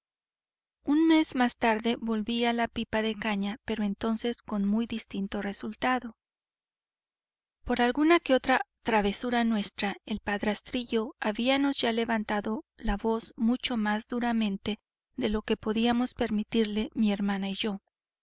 un mes más tarde volví a la pipa de caña pero entonces con muy distinto resultado por alguna que otra travesura nuestra el padrastrillo habíanos ya levantado la voz mucho más duramente de lo que podíamos permitirle mi hermana y yo